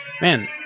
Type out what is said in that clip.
man